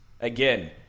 again